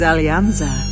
Alianza